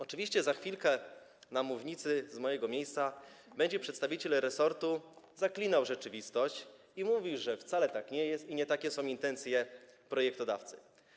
Oczywiście za chwilę na mównicy, z tego miejsca, przedstawiciel resortu będzie zaklinał rzeczywistość i mówił, że wcale tak nie jest, nie takie są intencje projektodawcy.